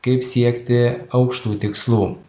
kaip siekti aukštų tikslų